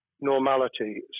normality